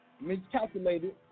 miscalculated